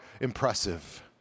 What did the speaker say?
impressive